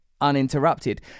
uninterrupted